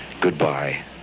goodbye